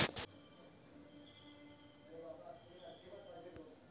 थेट बँक कधी कधी तिका शाखारहित बँक किंवा आभासी बँक म्हणतत